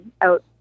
out